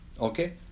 okay